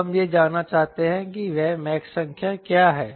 अब हम यह जानना चाहते हैं कि वह मैक संख्या क्या है